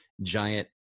giant